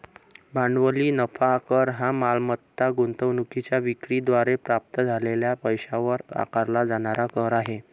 भांडवली नफा कर हा मालमत्ता गुंतवणूकीच्या विक्री द्वारे प्राप्त झालेल्या पैशावर आकारला जाणारा कर आहे